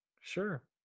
Sure